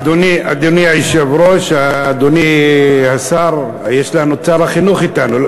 אדוני היושב-ראש, אדוני השר, שר החינוך אתנו.